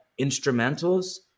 instrumentals